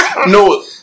No